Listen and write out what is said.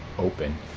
Open